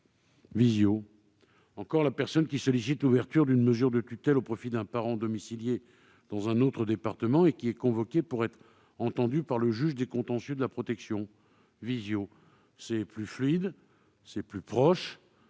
Visioconférence ! Une personne qui sollicite l'ouverture d'une mesure de tutelle au profit d'un parent domicilié dans un autre département est convoquée pour être entendue par le juge des contentieux de la protection ? Visioconférence ! C'est plus fluide, plus proche,